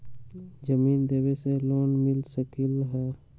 जमीन देवे से लोन मिल सकलइ ह?